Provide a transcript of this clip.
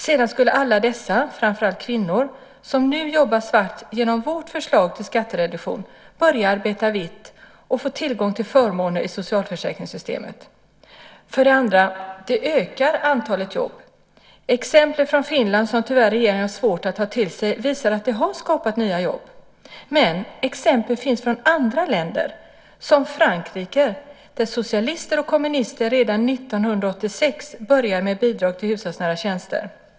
Dessutom skulle alla de som jobbar svart, framför allt kvinnor, med vårt förslag till skattereduktion börja arbeta vitt och få tillgång till förmåner i socialförsäkringssystemet. För det andra ökar det antalet jobb. Exemplet från Finland som regeringen tyvärr har svårt att ta till sig visar att det har skapat nya jobb. Exempel finns också från andra länder som Frankrike där socialister och kommunister redan 1986 började med bidrag till hushållsnära tjänster.